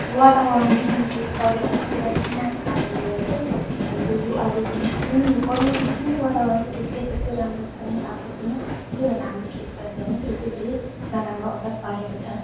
वातावरण जुन यो पर्यावरण छ त्यसलाई चाहिँ विनाश कारणले गर्दा चाहिँ हाम्रो यो अहिले जुन यो परि जुन वातावरण छ त्यो चाहिँ त्यस्तो राम्रो छैन भएको छैन त्यही भएर हाम्रो खेतीपातीमा पनि ए यतिकै नराम्रो असर पारेको छ